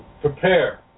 prepare